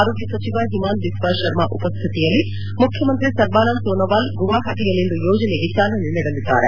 ಆರೋಗ್ಯ ಸಚಿವ ಹಿಮಾಂತ ಬಿಸ್ವಾ ಶರ್ಮಾ ಉಪಶ್ಠಿತಿಯಲ್ಲಿ ಮುಖ್ಯಮಂತ್ರಿ ಸರ್ಬಾನಂದ ಸೋನೊವಾಲ್ ಗುವಾಪಟಿಯಲ್ಲಿಂದು ಯೋಜನೆಗೆ ಚಾಲನೆ ನೀಡಲಿದ್ದಾರೆ